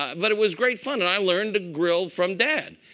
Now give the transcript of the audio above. but it was great fun. and i learned to grill from dad.